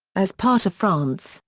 as part of france,